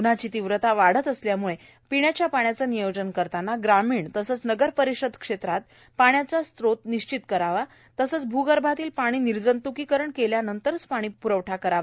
ऊन्हाची तीव्रता वाढत असल्यामुळे पिण्याच्या पाण्याचे नियोजन करताना ग्रामीण तसेच नगर परिषद क्षेत्रात पाण्याचा स्त्रोत निश्चित करताना भूगर्भातील पाणी निर्जंतुकीकरण केल्यानंतरच पाणीपुरवठा करावा